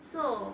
so